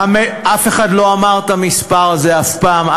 אף אחד לא אמר את המספר הזה אף פעם,